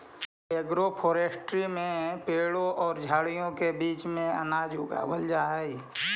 agroforestry में पेड़ों और झाड़ियों के बीच में अनाज उगावाल जा हई